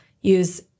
use